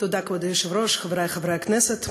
כבוד היושב-ראש, תודה, חברי חברי הכנסת,